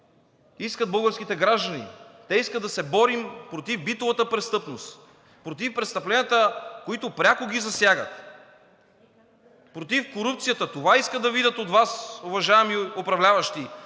искат българските граждани. Те искат да се борим против битовата престъпност, против престъпленията, които пряко ги засягат, против корупцията. Това искат да видят от Вас, уважаеми управляващи!